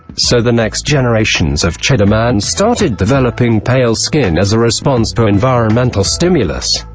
so the next generations of cheddar man started developing pale skin as a response to environmental stimulus.